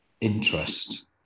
interest